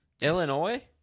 Illinois